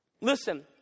Listen